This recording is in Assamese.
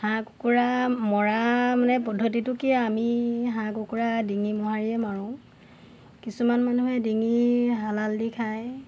হাঁহ কুকুৰা মৰা মানে পদ্ধতিটো কি আমি হাঁহ কুকুৰা ডিঙি মহাৰিয়ে মাৰোঁ কিছুমান মানুহে ডিঙি হালাল দি খায়